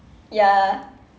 ya